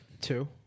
Two